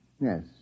Yes